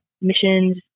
missions